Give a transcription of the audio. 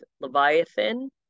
Leviathan